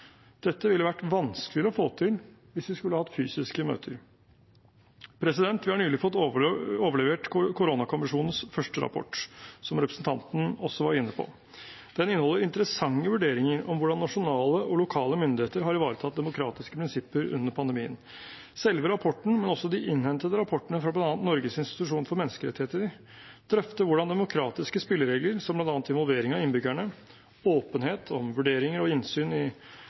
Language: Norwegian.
Dette ville vært vanskeligere å få til hvis vi skulle hatt fysiske møter. Vi har nylig fått overlevert koronakommisjonens første rapport, som representanten også var inne på. Den inneholder interessante vurderinger om hvordan nasjonale og lokale myndigheter har ivaretatt demokratiske prinsipper under pandemien. Selve rapporten, men også de innhentede rapportene fra bl.a. Norges institusjon for menneskerettigheter, drøfter hvordan demokratiske spilleregler, som bl.a. involvering av innbyggerne, åpenhet om vurderinger og innsyn i